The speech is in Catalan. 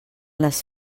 les